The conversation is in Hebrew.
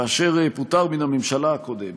כאשר פוטר מן הממשלה הקודמת,